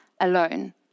alone